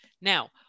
Now